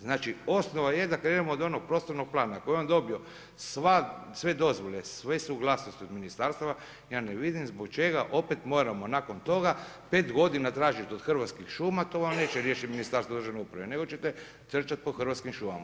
Znači osnova je da krenemo od onog prostornog plana, ako je on dobio sve dozvole, sve suglasnosti od ministarstava, ja ne vidim zbog čega opet moramo nakon toga 5 godina tražiti od Hrvatskih šuma, to vam neće riješiti Ministarstvo državne imovine nego ćete trčati po Hrvatskim šumama.